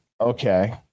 okay